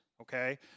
okay